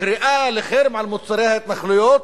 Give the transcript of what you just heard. קריאה לחרם על מוצרי ההתנחלויות,